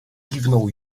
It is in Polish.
kiwnął